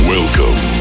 Welcome